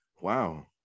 Wow